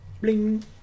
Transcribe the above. Bling